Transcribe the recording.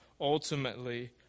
ultimately